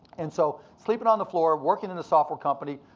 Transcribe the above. and so sleeping on the floor, working in the software company,